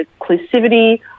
inclusivity